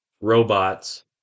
robots